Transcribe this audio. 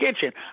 kitchen